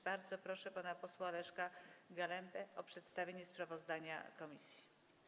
Bardzo proszę pana posła Leszka Galembę o przedstawienie sprawozdania komisji.